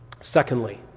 Secondly